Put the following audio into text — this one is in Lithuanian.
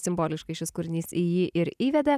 simboliškai šis kūrinys į jį ir įvedė